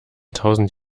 tausend